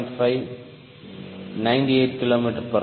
5 98 kmh